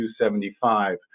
275